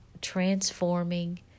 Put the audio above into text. transforming